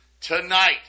Tonight